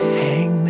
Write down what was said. hang